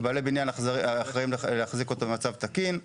אמרנו שבעלי הבניין אחראים להחזיק אותו במצב תקין.